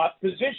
position